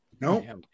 No